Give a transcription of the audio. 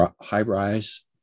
high-rise